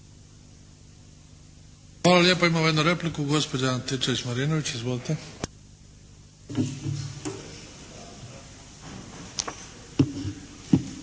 Hvala lijepa. Imamo jednu repliku gospođa Antičević Marinović. Izvolite.